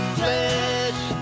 flesh